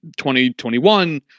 2021